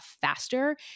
faster